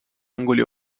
angoli